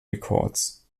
records